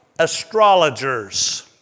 astrologers